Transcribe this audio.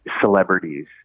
celebrities